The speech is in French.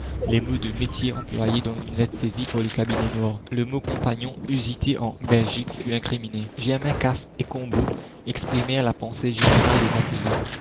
les mots de métier employés dans une lettre saisie par le cabinet noir le mot compagnons usité en belgique fut incriminé germain casse et combault exprimèrent la pensée générale des accusés